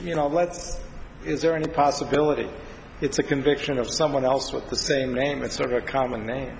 let's is there any possibility it's a conviction of someone else with the same name and sort of a common name